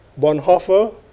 Bonhoeffer